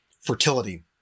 fertility